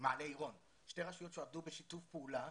מעלה עירון, שתי רשויות שעבדו בשיתוף פעולה.